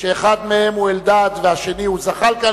שאחד מהם הוא אלדד והשני זחאלקה,